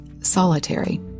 Solitary